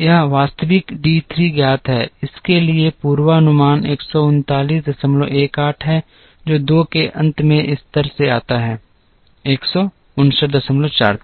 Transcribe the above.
यह वास्तविक डी 3 ज्ञात है इसलिए इसके लिए पूर्वानुमान 13918 है जो 2 के अंत में स्तर से आता है 15943